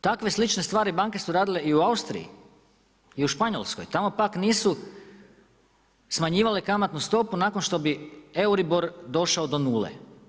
Takve slične stvari banke su radile i u Austriji i u Španjolskoj, tamo pak nisu smanjivale kamatnu stopu nakon što bi Euribor došao do nule.